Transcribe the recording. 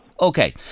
Okay